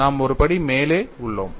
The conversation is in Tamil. நாம் ஒரு படி மேலே உள்ளோம்